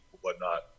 whatnot